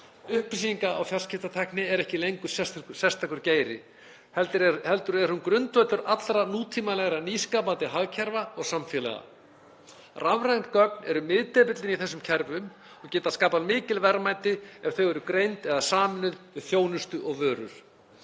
Upplýsinga- og fjarskiptatækni er ekki lengur sérstakur geiri, heldur er hún grundvöllur allra nútímalegra, nýskapandi hagkerfa og samfélaga. Rafræn gögn eru miðdepillinn í þessum kerfum og geta skapað mikil verðmæti ef þau eru greind eða sameinuð við þjónustu og vörur.